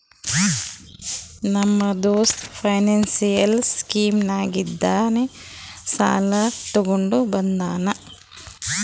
ನಮ್ಮ ದೋಸ್ತ financial scheme ನಾಗಿಂದೆ ಸಾಲ ತೊಂಡ ಬಂದಾನ್